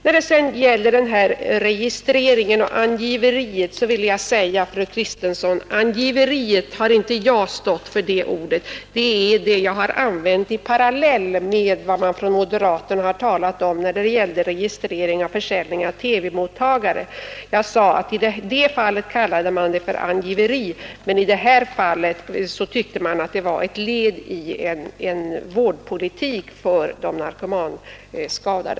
När det sedan gäller den här registreringen och ”angiveriet” vill jag säga, fru Kristensson, att ordet angiveri har inte jag stått för. Jag har använt det i parallell med vad moderaterna talat om då det gällt registrering och försäljning av TV-mottagare. Jag sade att i det fallet kallade man detta för angiveri, men i det här fallet tyckte man att det var ett led i en vårdpolitik för de narkotikaskadade.